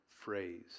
phrase